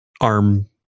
arm